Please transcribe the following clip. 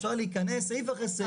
אפשר להיכנס סעיף אחר סעיף.